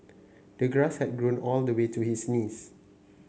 the grass had grown all the way to his knees